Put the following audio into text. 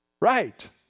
Right